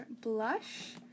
blush